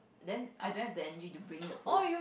then I don't have the energy to bring in the poles